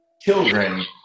children